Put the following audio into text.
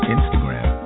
Instagram